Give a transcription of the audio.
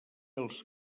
als